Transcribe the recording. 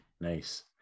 Nice